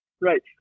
Right